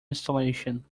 installation